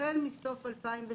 החל מסוף 2003,